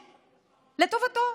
לטובתו,